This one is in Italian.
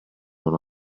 uno